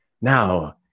Now